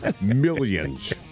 millions